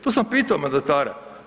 To sam pitao mandatara.